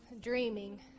dreaming